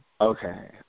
Okay